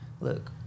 look